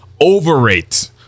overrate